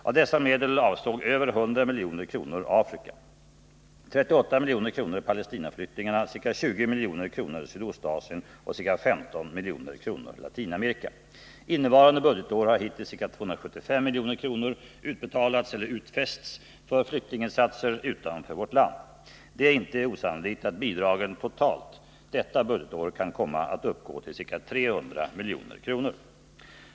Av dessa medel avsåg över 100 milj.kr. Afrika, 38 milj.kr. Palestinaflyktingarna, ca 20 milj.kr. Sydostasien och ca 15 milj.kr. Latinamerika. Innevarande budgetår har hittills ca 275 milj.kr. utbetalats eller utfästs för flyktinginsatser utanför vårt land. Det är inte osannolikt att bidragen totalt detta budgetår kan komma att uppgå till ca 300 milj.kr.